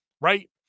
right